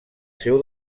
seu